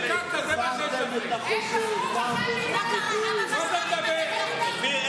החוק הזה ילך בבית משפט.